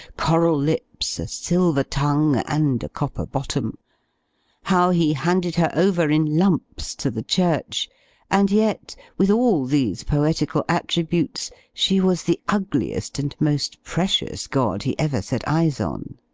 coral lips, a silver tongue, and copper bottom how he handed her over in lumps to the church and yet, with all these poetical attributes she was the ugliest and most precious god he ever set eyes on.